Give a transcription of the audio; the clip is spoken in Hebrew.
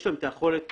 יש להם את היכולת